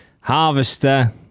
Harvester